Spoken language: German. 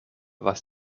was